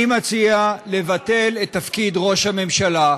אני מציע לבטל את תפקיד ראש הממשלה,